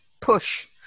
push